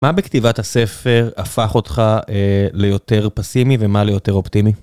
מה בכתיבת הספר הפך אותך ליותר פסימי ומה ליותר אופטימי?